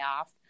off